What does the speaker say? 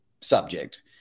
subject